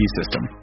system